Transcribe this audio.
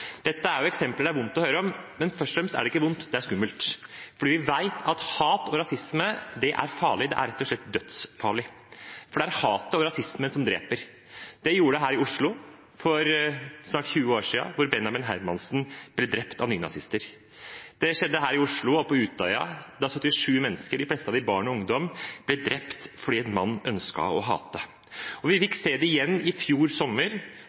Dette er eksempler det er vondt å høre om, men først og fremst er det ikke vondt – det er skummelt. For vi vet at hat og rasisme er farlig. Det er rett og slett dødsfarlig. For det er hatet og rasismen som dreper. Det gjorde det her i Oslo for snart 20 år siden, da Benjamin Hermansen ble drept av nynazister. Det skjedde her i Oslo og på Utøya, da 77 mennesker, de fleste av dem barn og ungdom, ble drept fordi en mann ønsket å hate. Vi fikk se det igjen i fjor sommer,